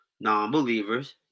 non-believers